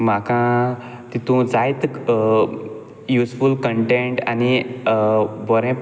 म्हाका तितू जायते युजफूल कटेंट आनी बोरें